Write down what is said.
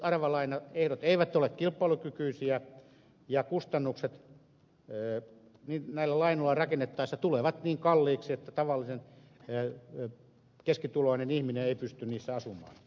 nyt aravalainaehdot eivät ole kilpailukykyisiä ja kustannukset näillä lainoilla rakennettaessa tulevat niin kalliiksi että tavallinen keskituloinen ihminen ei pysty niissä asumaan